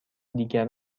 دیگر